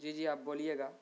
جی جی آپ بولیے گا